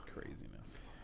Craziness